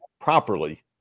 properly